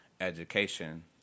education